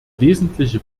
wesentliche